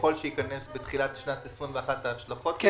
ככל שייכנס בתחילת שנת 2021, וההשלכות שלו.